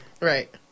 Right